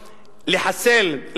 לחסל,